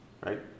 Right